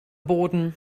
boden